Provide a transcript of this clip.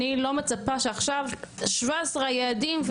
אני לא מצפה שעכשיו 17 היעדים,